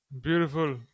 Beautiful